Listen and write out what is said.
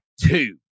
two